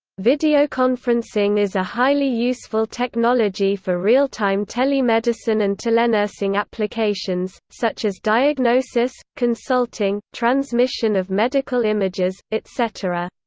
videoconferencing is a highly useful technology for real-time telemedicine and telenursing applications, such as diagnosis, consulting, transmission of medical images, etc.